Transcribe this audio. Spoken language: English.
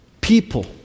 people